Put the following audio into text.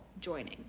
joining